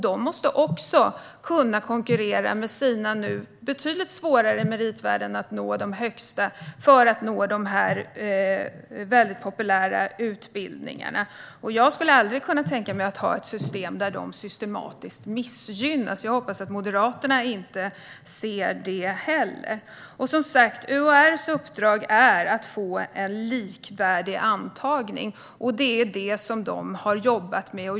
De måste också kunna konkurrera med sina meritvärden för att komma in på de populära utbildningarna, och det är betydligt svårare nu att nå de högsta värdena. Jag skulle aldrig kunna tänka mig att ha ett system där de missgynnas systematiskt, och jag hoppas att inte heller Moderaterna kan det. UHR:s uppdrag är som sagt att få till en likvärdig antagning. Det är detta som de har jobbat med.